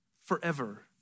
forever